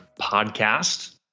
Podcast